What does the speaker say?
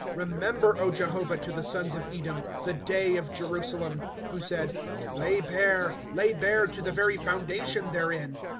remember, o jehovah, to the sons of edom, the day of jerusalem who said lay bare, lay bare, to the very foundation therein.